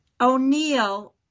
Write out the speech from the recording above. O'Neill